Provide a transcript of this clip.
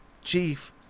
chief